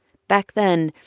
back then,